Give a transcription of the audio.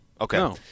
Okay